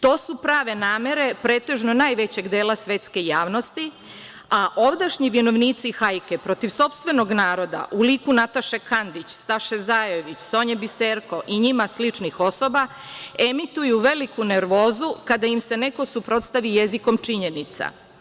To su prave namere pretežno najvećeg dela svetske javnosti, a ovdašnji vinovnici hajke protiv sopstvenog naroda u liku Nataše Kandić, Staše Zajević, Sonje Biserko i njima sličnih osoba, emituju veliku nervozu kada im se neko suprotstavi jezikom činjenica.